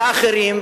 לאחרים,